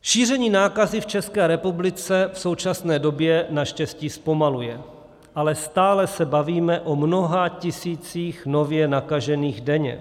Šíření nákazy v České republice v současné době naštěstí zpomaluje, ale stále se bavíme o mnoha tisících nově nakažených denně.